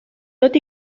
tot